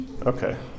Okay